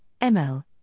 ML